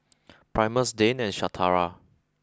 Primus Dane and Shatara